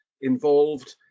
involved